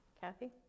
kathy